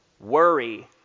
Worry